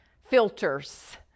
filters